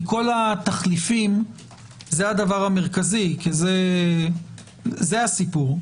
מכל התחליפים זה הדבר המרכזי כי זה הסיפור.